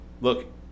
Look